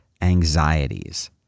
anxieties